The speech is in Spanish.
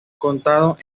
contado